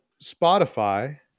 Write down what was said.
Spotify